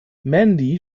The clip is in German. mandy